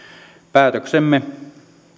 päätöksemme